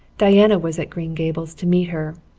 diana was at green gables to meet her.